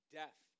death